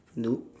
noob